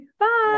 Bye